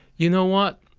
you know what?